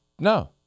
No